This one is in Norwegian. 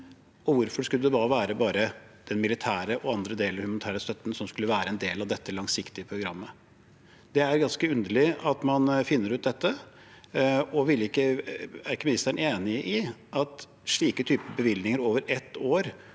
hvorfor er det bare den militære støtten og andre deler av den humanitære støtten som skal være en del av dette langsiktige programmet? Det er ganske underlig at man finner ut dette. Er ikke ministeren enig i at slike bevilgninger over ett år